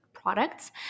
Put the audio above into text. products